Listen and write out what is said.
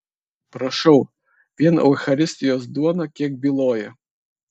prašau vien eucharistijos duona kiek byloja